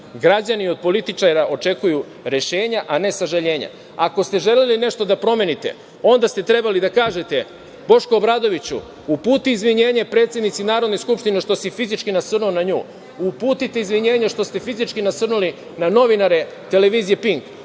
Građani od političara očekuju rešenja, a ne sažaljenja. Ako ste želeli nešto da promenite, onda ste trebali da kažete - Boško Obradoviću, uputi izvinjenje predsednici Narodne skupštine što si fizički nasrnuo na nju, uputite izvinjenje što ste fizički nasrnuli na novinare televizije "Pink",